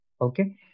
Okay